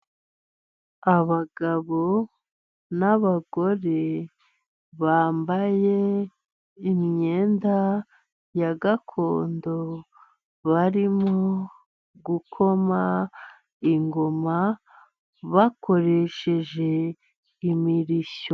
Abagabo n'abagore bambaye imyenda ya gakondo, barimo gukoma ingoma, bakoresheje imirishyo.